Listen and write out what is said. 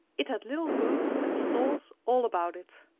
it had little booths and stalls all about it.